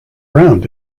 round